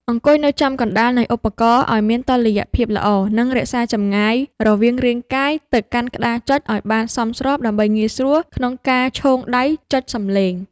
អង្គុយនៅចំកណ្តាលនៃឧបករណ៍ឱ្យមានតុល្យភាពល្អ និងរក្សាចម្ងាយរវាងរាងកាយទៅកាន់ក្តារចុចឱ្យបានសមស្របដើម្បីងាយស្រួលក្នុងការឈោងដៃចុចសម្លេង។